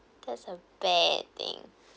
that's a bad thing